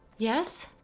yes?